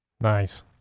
Nice